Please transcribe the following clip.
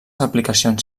aplicacions